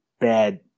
bad